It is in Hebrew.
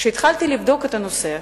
כשהתחלתי לבדוק את הנושא,